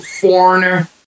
Foreigner